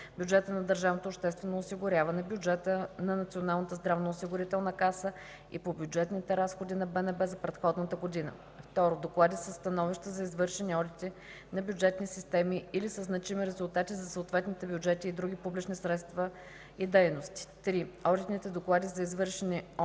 бюджета на държавното обществено осигуряване, бюджета на Националната здравноосигурителна каса и по бюджетните разходи на БНБ за предходната година; 2. доклади със становища за извършени одити на бюджетни системи или със значими резултати за съответните бюджети и другите публични средства и дейности; 3. одитните доклади за извършените одити